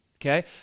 Okay